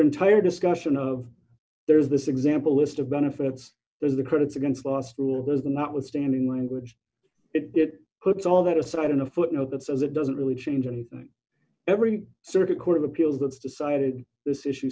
entire discussion of there's this example list of benefits there's the credits against last rule has not withstanding language it puts all that aside in a footnote that says it doesn't really change anything every circuit court of appeals that's decided this issue